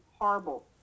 horrible